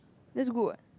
that's good what